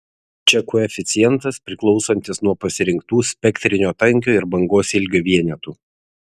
čia koeficientas priklausantis nuo pasirinktų spektrinio tankio ir bangos ilgio vienetų